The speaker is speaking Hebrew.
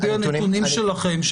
על פי הנתונים שלכם,